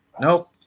Nope